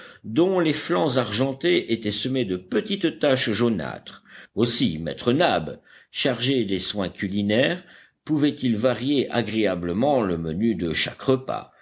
dont les flancs argentés étaient semés de petites taches jaunâtres aussi maître nab chargé des soins culinaires pouvait-il varier agréablement le menu de chaque repas